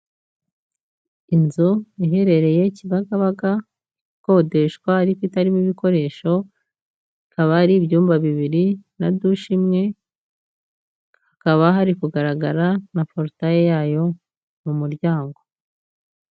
Inzu iherereye kibagabaga ikodeshwa ariko itarimo ibikoresho, bikaba ari ibyumba bibiri na dushe imwe, hakaba hari kugaragara na porutaye yayo mu muryango.